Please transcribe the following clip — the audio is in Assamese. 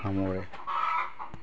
সামৰে